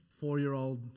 four-year-old